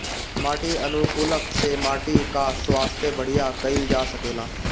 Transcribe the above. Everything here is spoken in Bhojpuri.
माटी अनुकूलक से माटी कअ स्वास्थ्य बढ़िया कइल जा सकेला